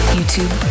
YouTube